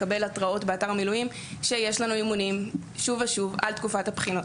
לקבל התראות באתר מילואים כשיש לנו אימונים שוב ושוב על תקופת הבחינות.